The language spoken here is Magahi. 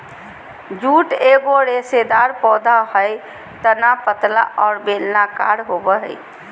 जूट एगो रेशेदार पौधा हइ तना पतला और बेलनाकार होबो हइ